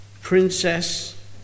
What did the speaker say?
princess